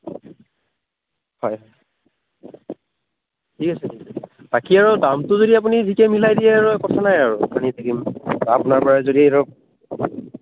হয় ঠিক আছে ঠিক আছে বাকী আৰু দামটো যদি আপুনি মিলাই দিয়ে আৰু কথা নাই আৰু আনি থাকিম আপোনাৰ পৰাই যদি ধৰক